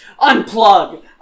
Unplug